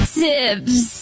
tips